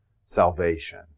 salvation